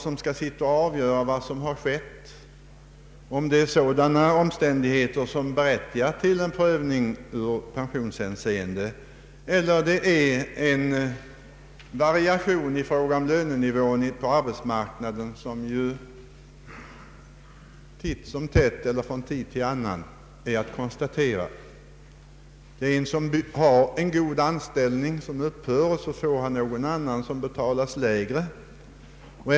Det kan bli svårt att avgöra om det föreligger omständigheter som berättigar till en prövning i pensionshänseende eller det är fråga om variationer i lönenivån på arbetsmarknaden, något som kan konstateras från tid till annan. Det kan vara fråga om en person, som mist en god anställning och fått en lägre avlönad.